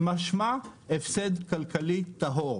משמע הפסד כלכלי טהור.